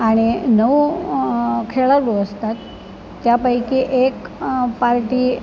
आणि नऊ खेळाडू असतात त्यापैकी एक पार्टी